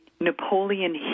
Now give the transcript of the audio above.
Napoleon